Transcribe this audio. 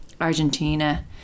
Argentina